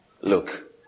Look